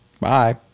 Bye